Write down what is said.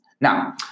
Now